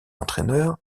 entraîneur